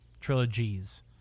trilogies